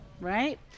right